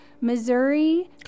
Missouri